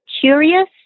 curious